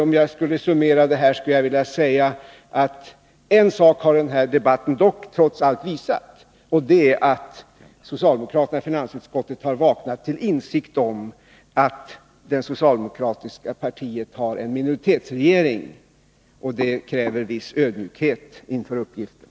Om jag skall summera kan jag säga att denna debatt trots allt har visat en sak: socialdemokraterna i finansutskottet har vaknat till insikt om att det socialdemokratiska partiet sitter i en minoritetsregering och att det kräver viss ödmjukhet inför uppgiften.